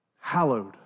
Hallowed